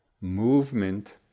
movement